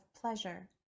pleasure